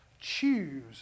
Choose